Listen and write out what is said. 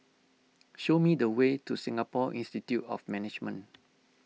show me the way to Singapore Institute of Management